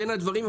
בין הדברים,